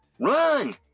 Run